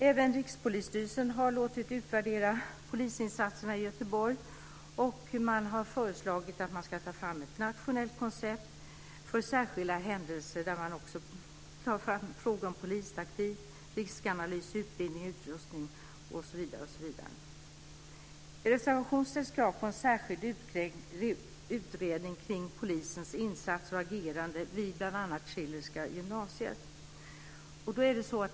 Även Rikspolisstyrelsen har låtit utvärdera polisinsatserna i Göteborg och föreslagit att man ska ta fram ett nationellt koncept för särskilda händelser där man också tar upp frågor om polistaktik, riskanalys, utbildning, utrustning osv. I reservationen ställs krav på en särskild utredning kring polisens insatser och agerande vid bl.a. Schillerska gymnasiet.